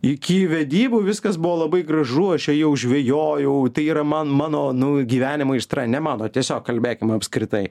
iki vedybų viskas buvo labai gražu aš ėjau žvejojau tai yra man mano naujo gyvenimo aistra ne mano tiesiog kalbėkime apskritai